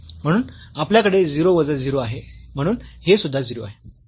म्हणून आपल्याकडे 0 वजा 0 आहे म्हणून हे सुद्धा 0 आहे